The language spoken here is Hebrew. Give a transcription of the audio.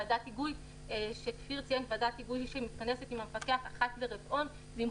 יש ועדת היגוי שמתכנסת עם המפקח אחת לרבעון וכן עם